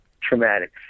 traumatic